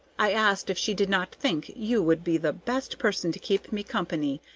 i asked if she did not think you would be the best person to keep me company,